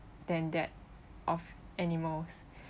than that of animals